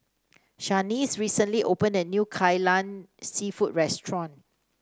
Shanice recently opened a new Kai Lan seafood restaurant